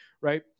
right